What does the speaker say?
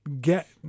get